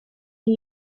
and